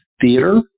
theater